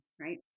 right